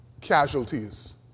Casualties